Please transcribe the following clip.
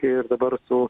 ir dabar su